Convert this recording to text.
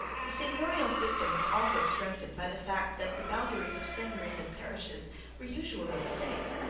the seigneurial system was also strengthened by the fact that the boundaries of seigneuries and parishes were usually the same.